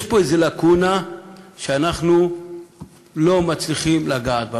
יש פה איזה לקונה שאנחנו לא מצליחים לגעת בה,